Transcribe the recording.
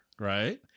Right